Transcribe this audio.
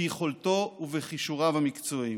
ביכולתו ובכישוריו המקצועיים.